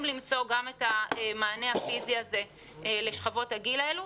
למצוא גם את המענה הפיזי לשכבות הגיל האלו.